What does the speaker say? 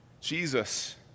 Jesus